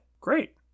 great